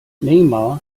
neymar